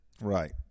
Right